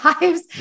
lives